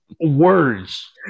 words